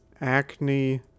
acne